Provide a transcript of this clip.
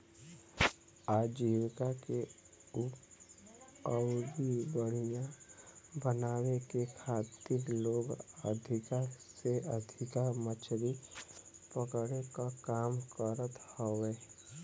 आजीविका के अउरी बढ़ियां बनावे के खातिर लोग अधिका से अधिका मछरी पकड़े क काम करत हवे